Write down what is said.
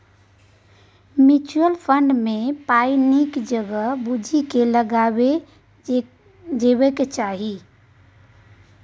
mutual fund मे पाइ नीक जकाँ बुझि केँ लगाएल जेबाक चाही